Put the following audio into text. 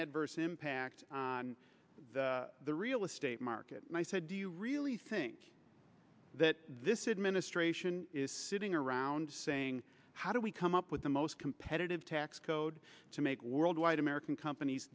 adverse impact on the real estate market and i said do you really think that this administration is sitting around saying how do we come up with the most competitive tax code to make worldwide american companies